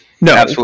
No